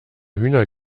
hühner